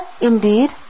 indeed